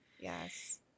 Yes